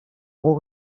all